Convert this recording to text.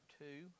two